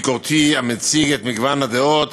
ביקורתי המציג את מגוון הדעות